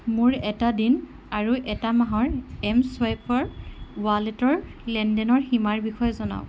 মোৰ এটা দিন আৰু এটা মাহৰ এম চুৱাইপৰ ৱালেটৰ লেনদেনৰ সীমাৰ বিষয়ে জনাওক